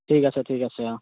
ঠিক আছে ঠিক আছে অঁ